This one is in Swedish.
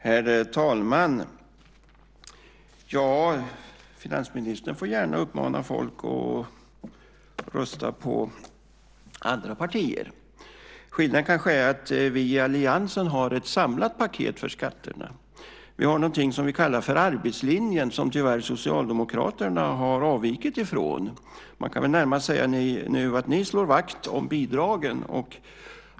Herr talman! Finansministern får gärna uppmana folk att rösta på andra partier. Skillnaden kanske är att vi i alliansen har ett samlat paket för skatterna. Vi har någonting som vi kallar för arbetslinjen som tyvärr Socialdemokraterna har avvikit ifrån. Man kan närmast säga att ni nu slår vakt om bidragen.